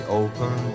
open